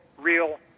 real